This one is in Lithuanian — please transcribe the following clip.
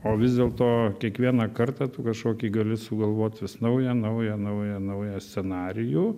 o vis dėlto kiekvieną kartą tu kažkokį gali sugalvot vis naują naują naują naują scenarijų